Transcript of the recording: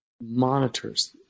monitors